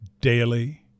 daily